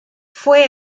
fue